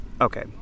Okay